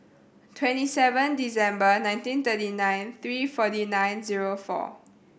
twenty seven December nineteen thirty nine three forty nine zero four